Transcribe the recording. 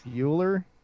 Euler